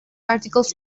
articles